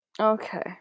Okay